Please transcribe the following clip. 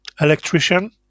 electrician